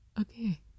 okay